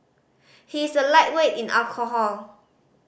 he is a lightweight in alcohol